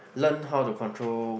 learn how to control